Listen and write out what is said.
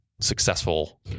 successful